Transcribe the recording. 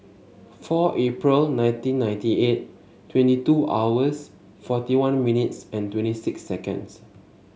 four April nineteen ninety eight twenty two hours forty one minutes and twenty six seconds